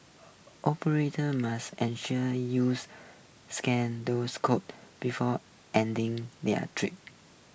operators must ensure use scan those codes before ending their trip